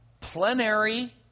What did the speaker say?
plenary